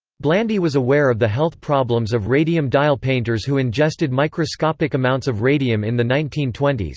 blandy was aware of the health problems of radium dial painters who ingested microscopic amounts of radium in the nineteen twenty s,